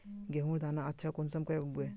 गेहूँर दाना अच्छा कुंसम के उगबे?